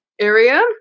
area